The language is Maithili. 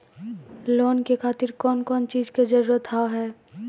लोन के खातिर कौन कौन चीज के जरूरत हाव है?